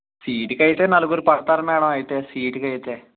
సీటుకి అయితే నలుగురు పడతారు మేడం అయితే సీటుకయితే